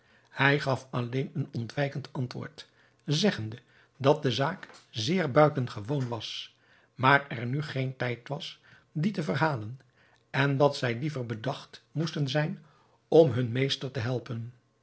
hij gaf alleen een ontwijkend antwoord zeggende dat de zaak zeer buitengewoon was maar er nu geen tijd was die te verhalen en dat zij liever bedacht moesten zijn om hun meester te helpen